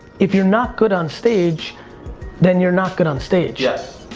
if you're not good on stage then you're not good on stage. yup.